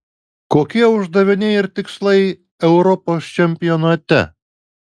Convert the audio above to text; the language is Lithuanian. kokie uždaviniai ir tikslai europos čempionate